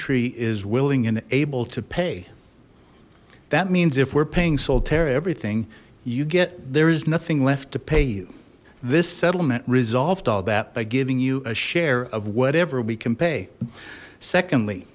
tree is willing and able to pay that means if we're paying solteira everything you get there is nothing left to pay you this settlement resolved all that by giving you a share of whatever we can pay secondly